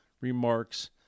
remarks